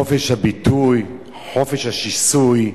חופש הביטוי, חופש השיסוי: